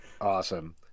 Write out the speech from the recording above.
Awesome